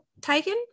taken